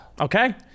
Okay